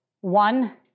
one